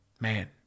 Man